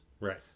Right